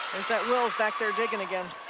there's that wills back there digging again.